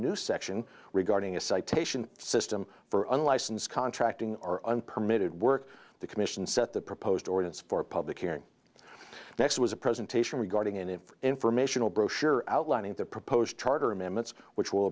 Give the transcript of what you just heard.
new section regarding a citation system for unlicensed contracting or unpermitted work the commission set the proposed ordinance for a public hearing next was a presentation regarding in an informational brochure outlining the proposed charter amendments which will